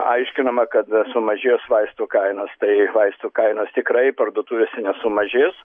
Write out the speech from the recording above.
aiškinama kad sumažės vaistų kainos tai vaistų kainos tikrai parduotuvėse nesumažės